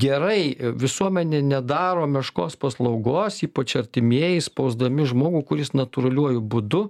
gerai visuomenė nedaro meškos paslaugos ypač artimieji spausdami žmogų kur jis natūraliuoju būdu